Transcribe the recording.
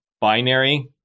binary